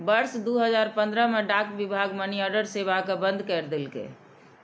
वर्ष दू हजार पंद्रह मे डाक विभाग मनीऑर्डर सेवा कें बंद कैर देलकै